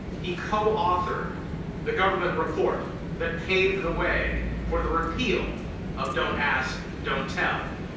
he co-authored the government report that paved the way for the repeal of don't ask, don't tell,